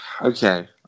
okay